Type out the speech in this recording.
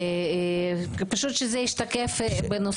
פשוט שזה ישתקף בנוסחה.